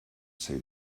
say